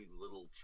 little